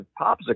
popsicle